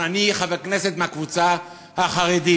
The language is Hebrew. אני חבר כנסת מהקבוצה החרדית.